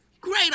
Great